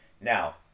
Now